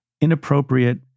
inappropriate